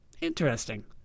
Interesting